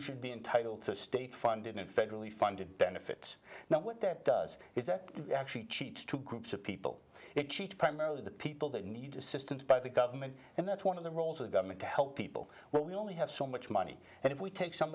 you should be entitled to a state funded in federally funded benefits now what that does is that actually cheats two groups of people it cheats primarily the people that need assistance by the government and that's one of the roles of government to help people where we only have so much money and if we take some